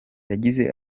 yagize